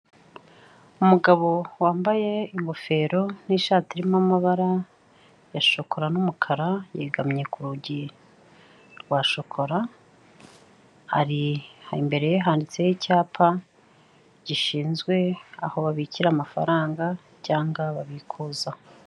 Umugabo wambaye ingofero n'ishati irimo amabara ya shokora n'umukara, yegaye ku rugi rwa shokora, ari, imbere ye handitseho icyapa gishyizwe aho babikira amafaranga cyangwa babikuza.